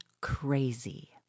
crazy